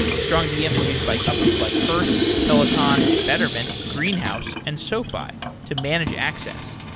strongdm is used by companies like hurst, peloton, betterment, greenhouse and sofi to manage access.